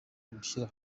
gushyira